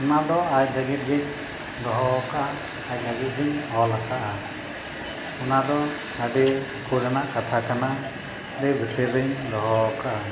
ᱚᱱᱟ ᱫᱚ ᱟᱡ ᱞᱟᱹᱜᱤᱫ ᱜᱮᱧ ᱫᱚᱦᱚ ᱟᱠᱟᱜᱼᱟ ᱟᱡ ᱞᱟᱹᱜᱤᱫ ᱜᱮᱧ ᱚᱞ ᱟᱠᱟᱜᱼᱟ ᱚᱱᱟ ᱫᱚ ᱟᱹᱰᱤ ᱩᱠᱩ ᱨᱮᱱᱟᱜ ᱠᱟᱛᱷᱟ ᱠᱟᱱᱟ ᱟᱹᱰᱤ ᱵᱷᱤᱛᱤᱨ ᱨᱮᱧ ᱫᱚᱦᱚ ᱠᱟᱜᱼᱟ